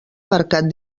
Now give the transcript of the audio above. marcat